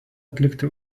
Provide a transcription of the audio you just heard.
atlikti